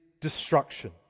destruction